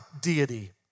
deity